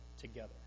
together